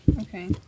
Okay